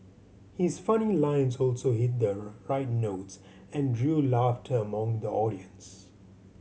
his funny lines also hit the right notes and drew laughter among the audience